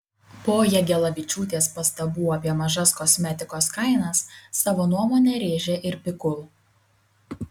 po jagelavičiūtės pastabų apie mažas kosmetikos kainas savo nuomonę rėžė ir pikul